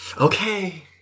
Okay